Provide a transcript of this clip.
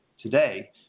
today